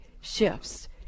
shifts